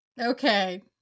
okay